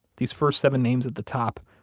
these first seven names at the top,